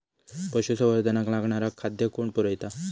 पशुसंवर्धनाक लागणारा खादय कोण पुरयता?